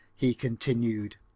he continued.